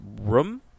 room